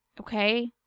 Okay